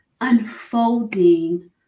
unfolding